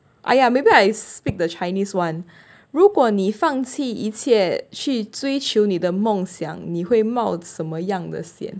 !aiya! maybe I speak the chinese [one] 如果你放弃一切去追求你的梦想你会冒什么样的险